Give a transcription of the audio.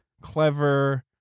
clever